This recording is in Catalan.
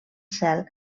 cel